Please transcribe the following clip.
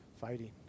fighting